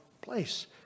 place